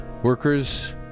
Workers